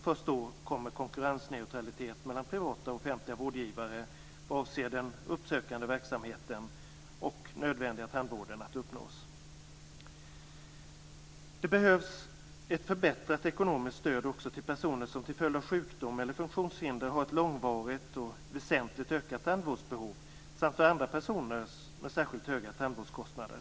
Först då kommer konkurrensneutralitet mellan privata och offentliga vårdgivare vad avser den uppsökande verksamheten och den nödvändiga tandvården att uppnås. Det behövs ett förbättrat ekonomiskt stöd också till personer som till följd av sjukdom eller funktionshinder har ett långvarigt och väsentligt ökat tandvårdsbehov samt för andra personer med särskilt höga tandvårdskostnader.